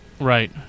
Right